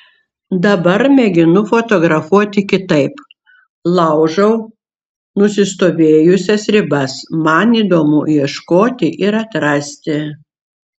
dabar mėginu fotografuoti kitaip laužau nusistovėjusias ribas man įdomu ieškoti ir atrasti